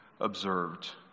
observed